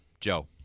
Joe